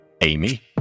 amy